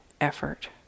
effort